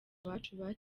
abacu